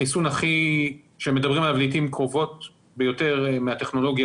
החיסון שמדברים עליו לעיתים קרובות ביותר בטכנולוגיה